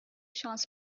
şans